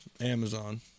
Amazon